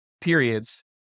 periods